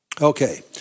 Okay